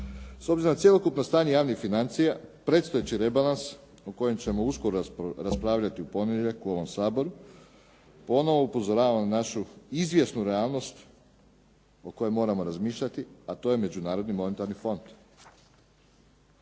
S obzirom na cjelokupno stanje javnih financija, predstojeći rebalans o kojem ćemo uskoro raspravljati u ponedjeljak u ovom Saboru, ponovo upozoravam našu izvjesnu realnost o kojoj moramo razmišljati, a to je međunarodni monetarni fond.